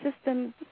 system